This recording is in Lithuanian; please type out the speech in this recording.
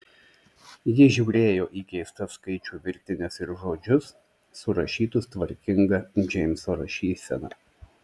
ji žiūrėjo į keistas skaičių virtines ir žodžius surašytus tvarkinga džeimso rašysena